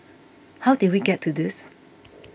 how did we get to this